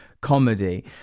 comedy